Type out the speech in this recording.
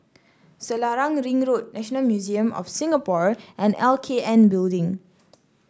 Selarang Ring Road National Museum of Singapore and L K N Building